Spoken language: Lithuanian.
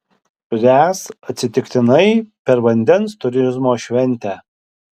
ręs atsitiktinai per vandens turizmo šventę